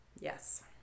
Yes